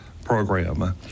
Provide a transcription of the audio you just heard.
Program